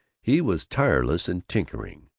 he was tireless in tinkering.